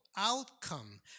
Outcome